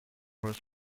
was